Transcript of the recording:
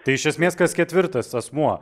tai iš esmės kas ketvirtas asmuo